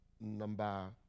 number